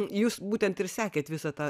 jūs būtent ir sekėt visą tą